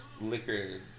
Liquor